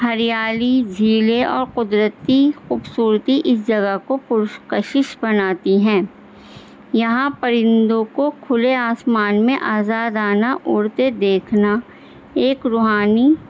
ہریالی جھیلے اور قدرتی خوبصورتی اس جگہ کو پرش کشش بناتی ہیں یہاں پرندوں کو کھلے آسمان میں آزاد آنا اورتیں دیکھنا ایک روحانی